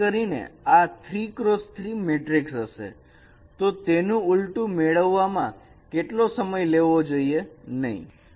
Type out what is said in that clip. ખાસ કરીને આ 3x3 મેટ્રિક હશે તો તેનું ઊલટું મેળવવામાં કેટલો સમય લેવો જોઈએ નહીં